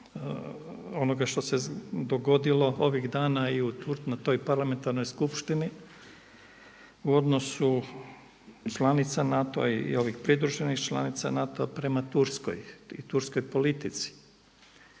onoga što se dogodilo ovih dana i na toj parlamentarnoj skupštini u odnosu članica NATO-a, i ovih pridruženih članica NATO-a prema Turskoj, i turskoj politici.